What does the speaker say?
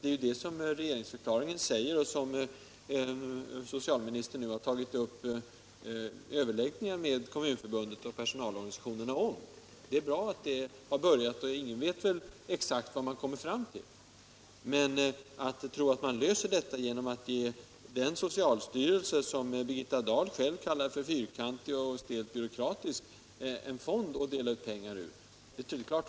Det är också vad som sägs i regeringsdeklarationen, och socialministern har ju nu tagit upp överläggningar med Kommunförbundet och personalorganisationerna. Det är bra att man nu har börjat med detta, och ingen vet vad vi där kan komma fram till. Men att man löser problemen genom att socialstyrelsen — som Birgitta Dahl kallar för fyrkantig och stelt byråkratisk — får en fond att dela ut pengar från, det tror jag inte på.